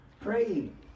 praying